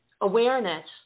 awareness